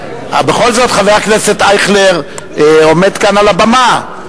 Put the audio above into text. בכל זאת חבר הכנסת אייכלר עומד כאן על הבמה.